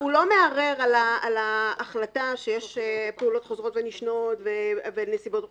הוא לא מערער על ההחלטה שיש פעולות חוזרות ונשנות ונסיבות מחמירות.